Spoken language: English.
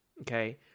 Okay